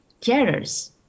carers